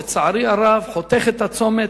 ולצערי הרב חותך את הצומת.